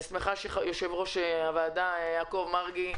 אני שמחה שיושב-ראש ועדת הכלכלה, יעקב מרגי,